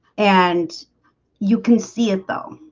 and you can see it though,